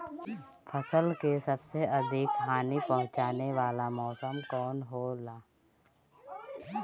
फसल के सबसे अधिक हानि पहुंचाने वाला मौसम कौन हो ला?